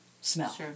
smell